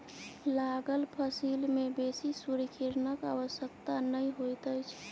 लागल फसिल में बेसी सूर्य किरणक आवश्यकता नै होइत अछि